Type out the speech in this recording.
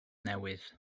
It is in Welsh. newydd